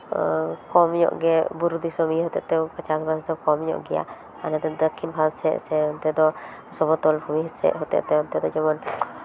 ᱠᱚᱢ ᱧᱚᱜ ᱜᱮ ᱵᱩᱨᱩ ᱫᱤᱥᱳᱢ ᱤᱭᱟᱹ ᱦᱚᱛᱮᱡ ᱛᱮ ᱚᱱᱠᱟ ᱪᱟᱥᱼᱵᱟᱥ ᱫᱚ ᱠᱚᱢ ᱧᱚᱜ ᱜᱮᱭᱟ ᱟᱞᱮ ᱫᱚ ᱫᱚᱠᱠᱷᱤᱱ ᱵᱷᱟᱨᱚᱛ ᱥᱮᱫ ᱥᱮ ᱚᱱᱛᱮ ᱫᱚ ᱥᱚᱢᱚᱛᱚᱞ ᱵᱷᱩᱢᱤ ᱥᱮᱫ ᱦᱚᱛᱮᱡ ᱛᱮ ᱚᱱᱛᱮ ᱫᱚ ᱡᱮᱢᱚᱱ